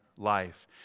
life